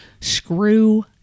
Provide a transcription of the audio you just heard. screw